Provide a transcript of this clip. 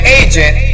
agent